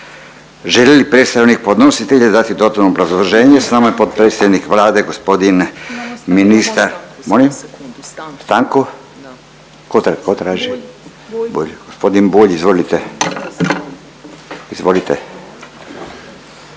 Želi li predstavnik podnositelja dati dodatno obrazloženje? S nama je potpredsjednike Vlade gospodin ministar … …/Upadica se ne razumije./… Molim? Stanku? Tko traži? Bulj. Gospodin Bulj, izvolite. Izvolite.